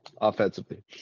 offensively